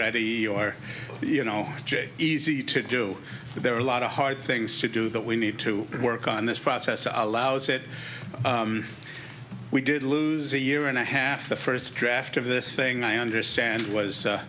ready or you know easy to do but there are a lot of hard things to do that we need to work on this process allows that we did lose a year and a half the first draft of this thing i understand was